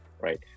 right